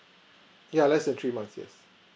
yeah less than three months yes